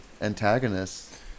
antagonists